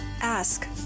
Ask